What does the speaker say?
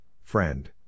friend